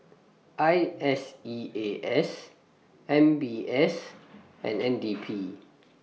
I S E A S M B S and N D P